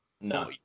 No